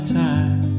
time